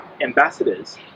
ambassadors